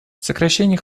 сокращение